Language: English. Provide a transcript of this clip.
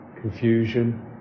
confusion